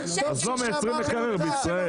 אז לא מייצרים מקרר בישראל.